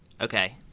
Okay